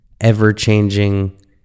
ever-changing